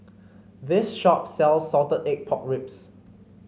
this shop sells Salted Egg Pork Ribs